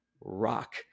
rock